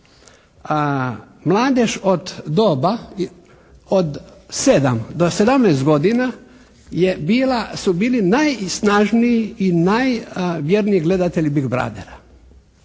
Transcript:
Mladež od doba, od 7 do 17 godina je bila, su bili najsnažniji i najvjerniji gledatelji "Big brothera".